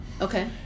Okay